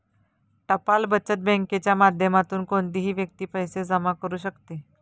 टपाल बचत बँकेच्या माध्यमातून कोणतीही व्यक्ती पैसे जमा करू शकते